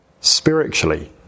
spiritually